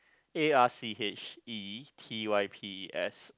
A R C H E T Y P E S